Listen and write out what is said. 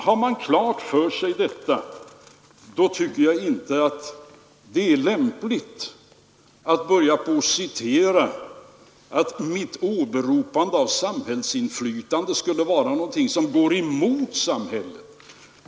Har man detta klart för sig är det inte lämpligt att citera så att mitt åberopande av samhällsinflytande skulle vara någonting som går emot samhället.